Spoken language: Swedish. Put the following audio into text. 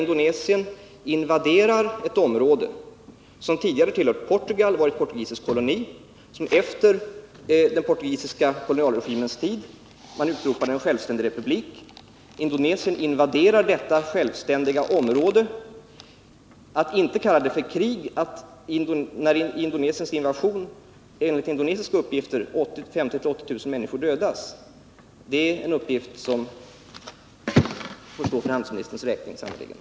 Timor är ett område som tidigare varit portugisisk koloni, som efter den portugisiska kolonialregimens tid utropades till självständig republik och som Indonesien därefter invaderat. Enligt indonesiska uppgifter har 50 000-80 000 människor dödats i den indonesiska invasionen. Att det då inte råder krig på Timor är en uppgift som sannerligen får stå för